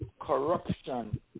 Corruption